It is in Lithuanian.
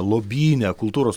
lobyne kultūros